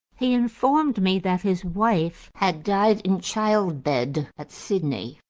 he informed me that his wife had died in childbed at sydney,